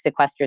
sequesters